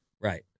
right